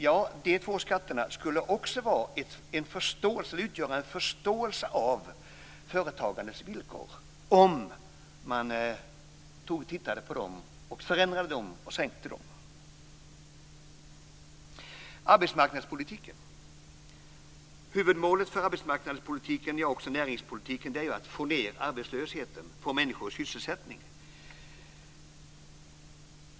Ja, de två skatterna skulle också symbolisera en förståelse för företagandets villkor om man tittade på dem, förändrade dem och sänkte dem. Huvudmålet för arbetsmarknadspolitiken och också för näringspolitiken är ju att få ned arbetslösheten och få människor i sysselsättning.